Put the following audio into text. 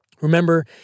Remember